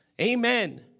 Amen